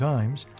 Times